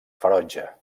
ferotge